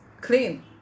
clean